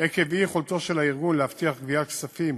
עקב אי-יכולתו של הארגון להבטיח גביית כספים